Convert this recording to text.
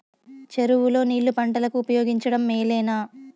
చెరువు లో నీళ్లు పంటలకు ఉపయోగించడం మేలేనా?